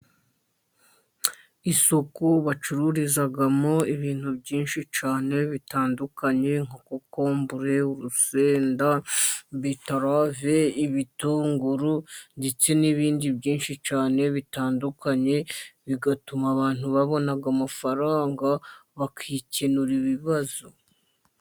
Isoku bacururizamo ibintu byinshi cyane bitandukanye, kokombure, urusenda, betarave, ibitunguru ndetse n'ibindi byinshi cyane bitandukanye, bigatuma abantu babona amafaranga, bakikenura ibibazo.